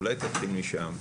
אולי תתחיל משם?